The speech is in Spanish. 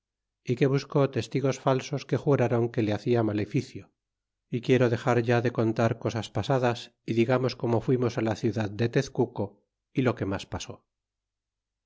y que buscó testigos falsos que jurron que le hacia maleficio quiero dexar ya de contar cosas pasadas y digamos como fuimos la ciudad de tezcuco y lo que mas pasó